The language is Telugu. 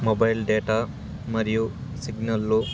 మొబైల్ డేటా మరియు సిగ్నలు